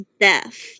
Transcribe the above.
Death